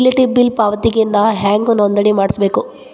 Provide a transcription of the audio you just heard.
Utility bill ಪಾವತಿಗೆ ನಾ ಹೆಂಗ್ ನೋಂದಣಿ ಮಾಡ್ಸಬೇಕು?